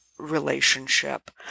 relationship